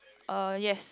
uh yes